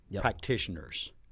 practitioners